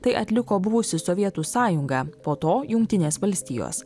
tai atliko buvusi sovietų sąjunga po to jungtinės valstijos